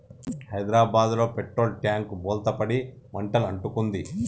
హైదరాబాదులో petrol tank బోల్తా పడి మంటలు అంటుకుంది